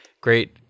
great